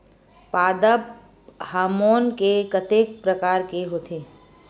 पादप हामोन के कतेक प्रकार के होथे?